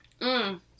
mmm